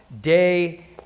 day